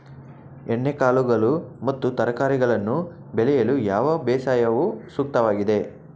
ಎಣ್ಣೆಕಾಳುಗಳು ಮತ್ತು ತರಕಾರಿಗಳನ್ನು ಬೆಳೆಯಲು ಯಾವ ಬೇಸಾಯವು ಸೂಕ್ತವಾಗಿದೆ?